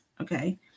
Okay